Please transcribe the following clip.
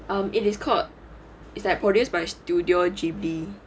um it is called is that produced by studio ghibli